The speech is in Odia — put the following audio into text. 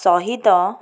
ସହିତ